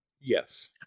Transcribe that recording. Yes